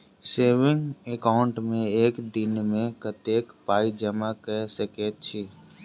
Saving account मे एक दिनमे कतेक पाई जमा कऽ सकैत छी?